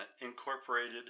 incorporated